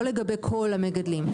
לא לגבי כל המגדלים.